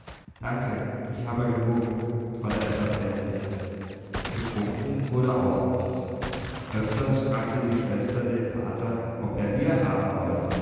danke ich habe genug oder etwas ähnliches getrunken wurde vielleicht auch nichts öfters fragte die schwester den vater ob er bier haben wolle